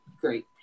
great